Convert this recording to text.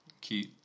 cute